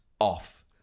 off